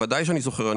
בוודאי שאני זוכר.